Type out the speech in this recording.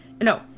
No